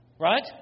Right